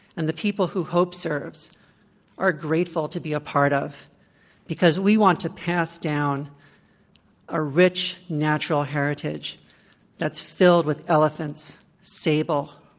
and the people who hope serves are grateful to be a part of because we want to pass down a rich, natural heritage that's filled with elephants, sable,